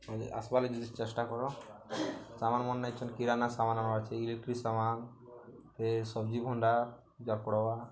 ଆସ୍ବାର୍ଲାଗି ଟିକେ ଚେଷ୍ଟା କର ସାମାନ୍ମନେ ଇଛନ୍ କିରାନା ସାମାନ୍ ଆନ୍ବାର୍ ଅଛେ ଇଲେକ୍ଟ୍ରି ସାମାନ୍ ଫେର୍ ସବ୍ଜି ଭଣ୍ଡା ଇଟା ପଡ଼୍ବା